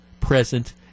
present